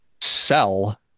sell